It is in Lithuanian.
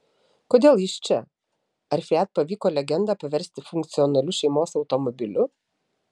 kodėl jis čia ar fiat pavyko legendą paversti funkcionaliu šeimos automobiliu